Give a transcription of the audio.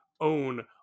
own